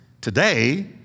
today